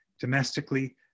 domestically